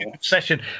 session